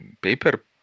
paper